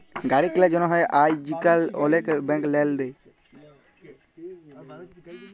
গাড়ি কিলার জ্যনহে আইজকাল অলেক ব্যাংক লল দেই